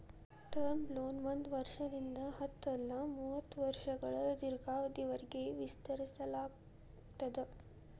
term loan ಒಂದ್ ವರ್ಷದಿಂದ ಹತ್ತ ಇಲ್ಲಾ ಮೂವತ್ತ ವರ್ಷಗಳ ದೇರ್ಘಾವಧಿಯವರಿಗಿ ವಿಸ್ತರಿಸಲಾಗ್ತದ